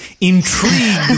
intrigued